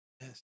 Yes